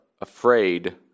afraid